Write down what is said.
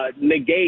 negate